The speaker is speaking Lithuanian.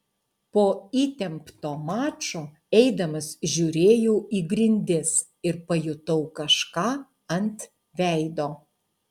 po įtempto mačo eidamas žiūrėjau į grindis ir pajutau kažką ant veido